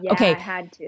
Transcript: Okay